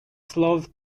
слов